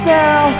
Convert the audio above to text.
now